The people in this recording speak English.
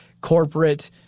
corporate